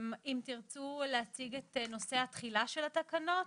אם תרצו להציג את נושא התחילה של התקנות?